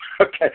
Okay